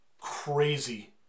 crazy